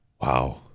Wow